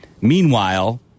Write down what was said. Meanwhile